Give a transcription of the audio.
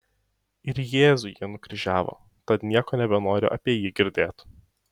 ir jėzų jie nukryžiavo tad nieko nebenoriu apie jį girdėt